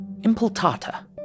impultata